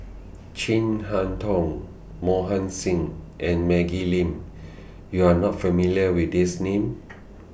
Chin Harn Tong Mohan Singh and Maggie Lim YOU Are not familiar with These Names